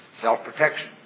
Self-protection